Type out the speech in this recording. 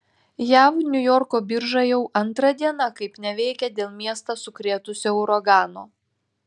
jav niujorko birža jau antra diena kaip neveikia dėl miestą sukrėtusio uragano